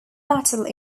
battle